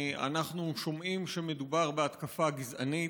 אנחנו שומעים שמדובר בהתקפה גזענית,